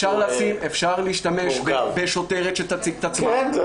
אפשר להשתמש בשוטרת שתציג את עצמה.